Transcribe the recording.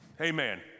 Amen